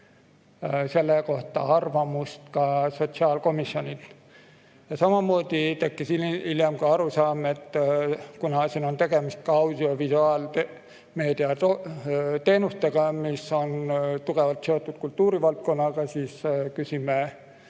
selle kohta arvamust ka sotsiaalkomisjonilt. Hiljem tekkis veel arusaam, et kuna siin on tegemist ka audiovisuaalmeedia teenustega, mis on tugevalt seotud kultuurivaldkonnaga, siis küsime